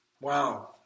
Wow